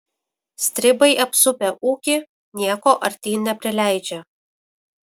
stribai apsupę ūkį nieko artyn neprileidžia